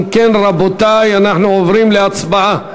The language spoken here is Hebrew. אם כן, רבותי, אנחנו עוברים להצבעה.